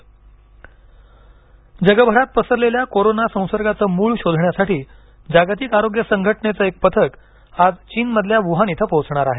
जागतिक आरोग्य संघटना जगभरात पसरलेल्या कोरोना संसर्गाचं मूळ शोधण्यासाठी जागतिक आरोग्य संघटनेचं एक पथक आज चीनमधल्या वूहान इथं पोहोचणार आहे